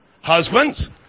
Husbands